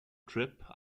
trip